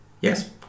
yes